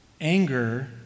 Anger